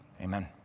Amen